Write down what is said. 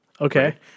Okay